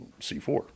C4